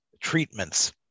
treatments